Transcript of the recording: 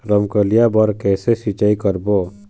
रमकलिया बर कइसे सिचाई करबो?